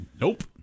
Nope